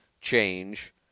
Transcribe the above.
change